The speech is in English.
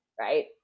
right